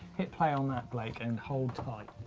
hit play on that blake and hold tight.